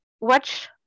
watch